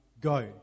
go